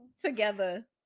together